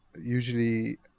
usually